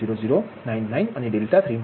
00099 અને 𝛿3 2